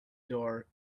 door